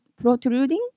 protruding